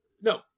no